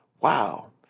wow